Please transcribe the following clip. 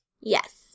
Yes